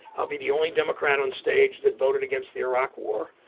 i'll be the only democrat onstage that voted against the iraq war.